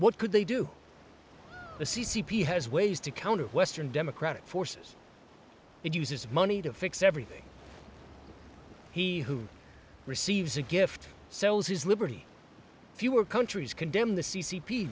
what could they do the c c p has ways to counter western democratic forces and uses money to fix everything he who receives a gift sells his liberty fewer countries condemn the c c p